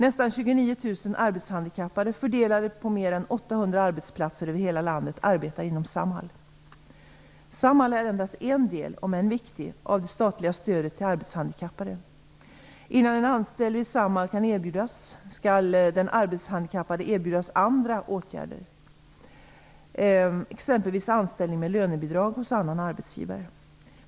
Nästan 29 000 arbetshandikappade, fördelade på mer än 800 arbetsplatser över hela landet, arbetar inom Samhall. Samhall är endast en del, om än en viktig del, av det statliga stödet till arbetshandikappade. Innan en anställning vid Samhall kan erbjudas skall den arbetshandikappade erbjudas andra åtgärder, exempelvis anställning med lönebidrag hos annan arbetsgivare.